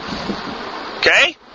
Okay